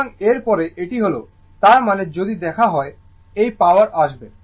সুতরাং এর পরে এটি হল তার মানে যদি দেখো এই পাওয়ার আসবে